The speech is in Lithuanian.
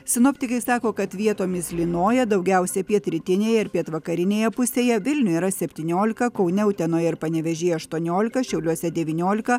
sinoptikai sako kad vietomis lynoja daugiausiai pietrytinėje pietvakarinėje pusėje vilniuje yra septyniolika kaune utenoje ir panevėžyje aštuoniolika šiauliuose devyniolika